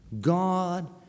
God